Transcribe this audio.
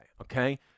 okay